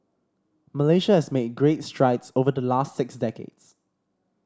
Malaysia has made great strides over the last six decades